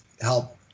help